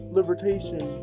Libertation